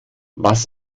was